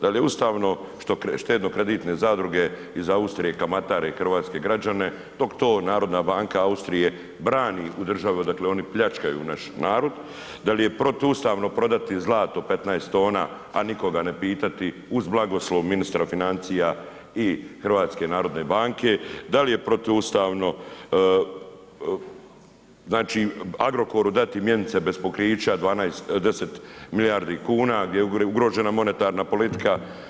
Da li je ustavno što štedno kreditne zadruge iz Austrije kamatare hrvatske građane dok to Narodna banka Austrije brani državu odakle oni pljačkaju naš narod, da li je protuustavno prodati zlato 15 tona a nikoga ne pitati uz blagoslov ministra financija i HNB-a, da li je protuustavno Agrokoru dati mjenice bez pokrića, 10 milijardi kuna gdje je ugrožena monetarna politika?